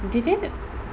did it